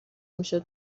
میشد